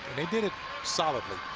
they did it solidly.